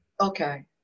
Okay